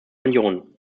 union